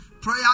Prayer